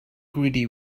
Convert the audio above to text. greedy